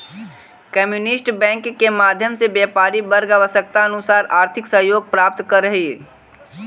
community bank के माध्यम से व्यापारी वर्ग आवश्यकतानुसार आर्थिक सहयोग प्राप्त करऽ हइ